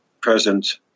present